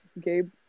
Gabe